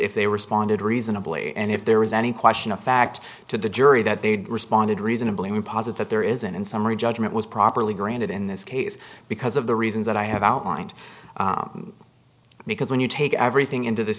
if they responded reasonably and if there was any question of fact to the jury that they'd responded reasonably posit that there isn't in summary judgment was properly granted in this case because of the reasons that i have outlined because when you take everything into this